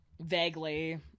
vaguely